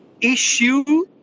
issue